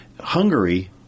Hungary